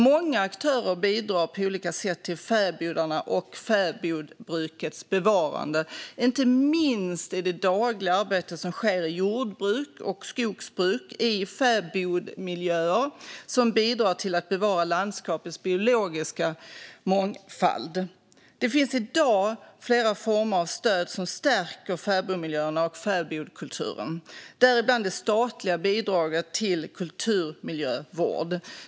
Många aktörer bidrar på olika sätt till fäbodarnas och fäbodbrukets bevarande, inte minst i det dagliga arbetet som sker i jordbruk och skogsbruk i fäbodmiljöer som bidrar till att bevara landskapets biologiska mångfald. Det finns i dag flera former av stöd som stärker fäbodmiljöerna och fäbodkulturen, däribland det statliga bidraget till kulturmiljövård.